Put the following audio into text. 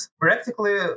practically